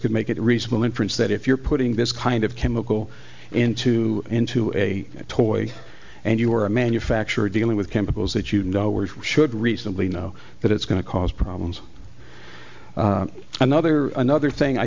could make it reasonable inference that if you're putting this kind of chemical into into a toy and you are a manufacturer dealing with chemicals that you know or should reasonably know that it's going to cause problems another another thing i